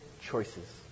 choices